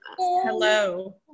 Hello